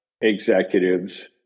executives